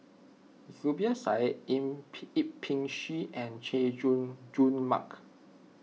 Zubir Said Yip Pin Xiu and Chay Jung Jun Mark